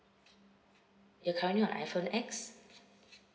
you're currently on iphone X